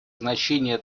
значение